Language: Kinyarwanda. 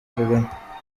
kagame